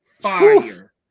fire